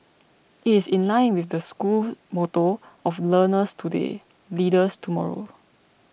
it is in line with the school motto of learners today leaders tomorrow